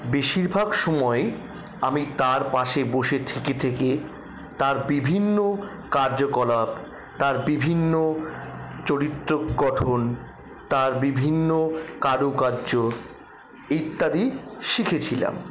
বেশিরভাগ সময়ই আমি তার পাশে বসে থেকে থেকে তার বিভিন্ন কার্যকলাপ তার বিভিন্ন চরিত্র গঠন তার বিভিন্ন কারুকার্য ইত্যাদি শিখেছিলাম